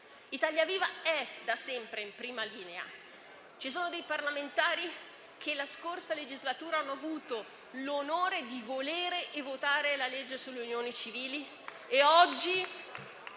Italia Viva è da sempre in prima linea. Ci sono dei parlamentari che la scorsa legislatura hanno avuto l'onore di volere e votare la legge sulle unioni civili. Oggi